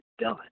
done